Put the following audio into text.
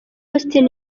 austin